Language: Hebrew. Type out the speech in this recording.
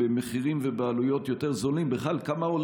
במחירים ובעלויות יותר זולים?